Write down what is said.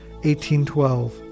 1812